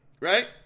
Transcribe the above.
right